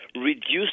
reduce